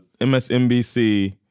MSNBC